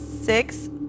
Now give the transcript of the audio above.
Six